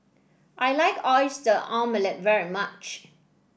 I like Oyster Omelette very much